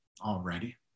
already